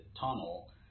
tunnel